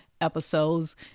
episodes